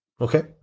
Okay